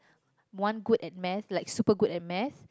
one good at math like super good at math